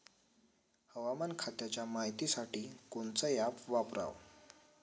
हवामान खात्याच्या मायतीसाठी कोनचं ॲप वापराव?